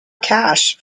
cash